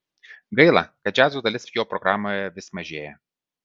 gaila kad džiazo dalis jo programoje vis mažėja